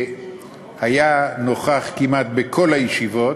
שנכח כמעט בכל הישיבות